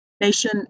Nation